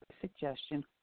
suggestion